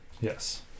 Yes